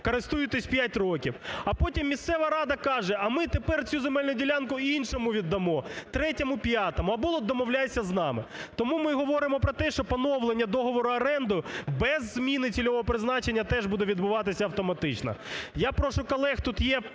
користуєтесь 5 років. А потім місцева рада каже, а ми тепер цю земельну ділянку іншому віддамо, третьому-п'ятому, або домовляйся з нами. Тому ми говоримо про те, що поновлення договору оренди без зміни цільового призначення теж буде відбуватися автоматично. Я прошу колег, тут є